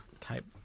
type